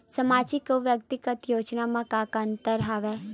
सामाजिक अउ व्यक्तिगत योजना म का का अंतर हवय?